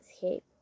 shape